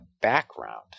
background